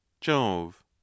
Jove